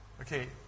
Okay